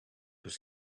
was